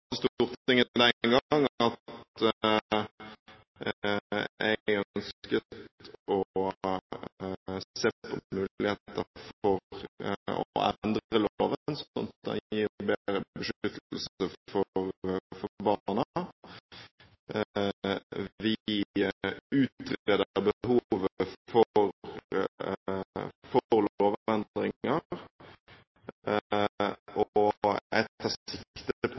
at jeg ønsket å se på muligheter for å endre loven, sånn at den gir bedre beskyttelse for barna. Vi utreder behovet for lovendringer, og jeg tar sikte på